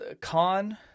Con